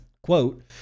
Quote